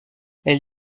elle